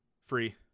Free